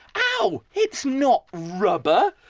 auu! it's not rubber.